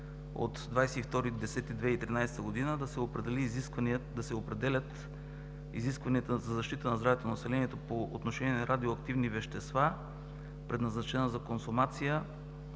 от 22 октомври 2013 г. да се определят изисквания за защита здравето на населението по отношение радиоактивни вещества, предназначена за консумация